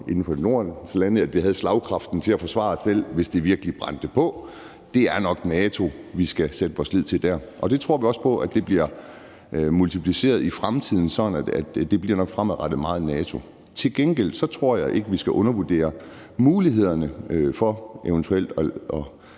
inden for Nordens lande, at vi havde slagkraften til at forsvare os selv, hvis det virkelig brændte på. Det er nok NATO, vi skal sætte vores lid til dér. Det tror vi også på bliver multipliceret i fremtiden, sådan at det fremadrettet nok bliver meget NATO. Til gengæld tror jeg ikke, at vi skal undervurdere mulighederne for eventuelt